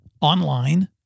online